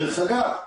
אגב,